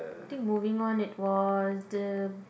think moving on it was the